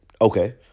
Okay